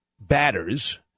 batters